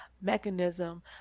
mechanism